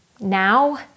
Now